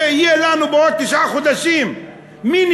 שיהיה לנו בעוד תשעה חודשים מיני-עובר,